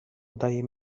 udaje